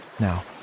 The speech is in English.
now